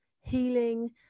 healing